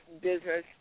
business